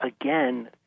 again